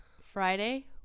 Friday